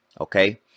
Okay